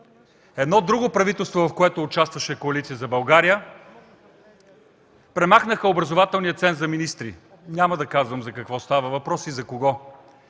Едно друго правителство, в което участваше Коалиция за България, премахна образователния ценз за министри, няма да казвам за какво става въпрос и за кого.